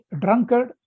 drunkard